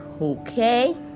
Okay